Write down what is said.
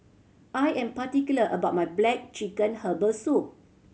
I am particular about my black chicken herbal soup